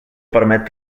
permet